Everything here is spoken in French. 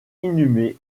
inhumé